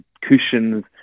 cushions